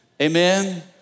Amen